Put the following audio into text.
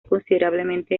considerablemente